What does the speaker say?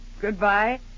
Goodbye